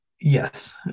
Yes